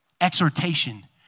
Exhortation